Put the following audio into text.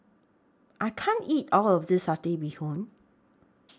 I can't eat All of This Satay Bee Hoon